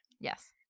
Yes